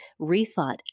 rethought